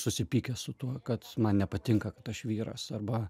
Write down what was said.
susipykęs su tuo kad man nepatinka kad aš vyras arba